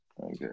Okay